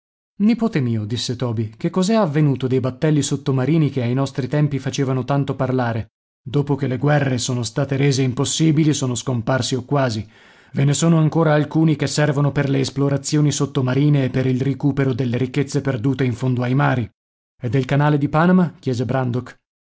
nipote mio disse toby che cosa è avvenuto dei battelli sottomarini che ai nostri tempi facevano tanto parlare dopo che le guerre sono state rese impossibili sono scomparsi o quasi ve ne sono ancora alcuni che servono per le esplorazioni sottomarine e per il ricupero delle ricchezze perdute in fondo ai mari e del canale di panama chiese brandok